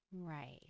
Right